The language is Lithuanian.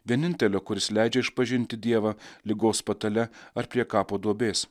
vienintelio kuris leidžia išpažinti dievą ligos patale ar prie kapo duobės